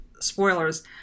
spoilers